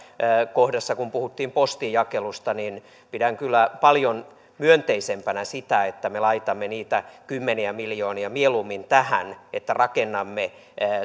kohdassa puhuttiin postinjakelusta niin pidän kyllä paljon myönteisempänä sitä että me laitamme niitä kymmeniä miljoonia mieluummin tähän että rakennamme